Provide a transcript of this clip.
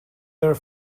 are